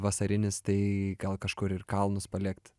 vasarinis tai gal kažkur ir į kalnus palėkt